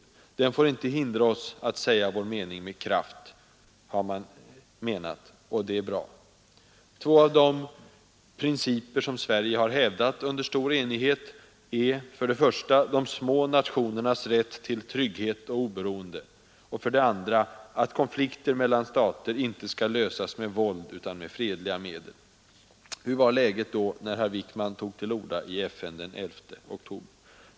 Man har framhållit att den inte får hindra oss att säga vår mening med kraft — och det är bra. Två av de principer som Sverige har hävdat, under stor enighet, är för det första de små nationernas rätt till trygghet och oberoende, för det andra att konflikter mellan stater inte skall lösas med våld utan med fredliga medel. Hur var då läget när herr Wickman tog till orda i FN den 11 oktober?